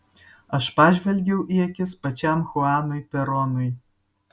aš pažvelgiau į akis pačiam chuanui peronui